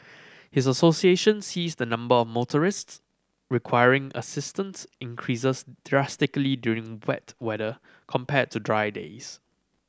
his association sees the number of motorists requiring assistance increases drastically during wet weather compared to dry days